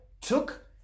took